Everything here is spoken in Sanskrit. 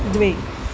द्वे